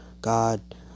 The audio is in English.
God